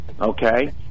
Okay